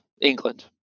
England